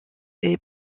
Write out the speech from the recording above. est